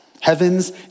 Heavens